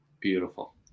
beautiful